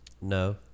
No